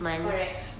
correct